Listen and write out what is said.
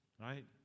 right